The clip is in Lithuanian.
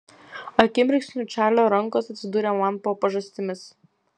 akimirksniu čarlio rankos atsidūrė man po pažastimis